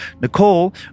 Nicole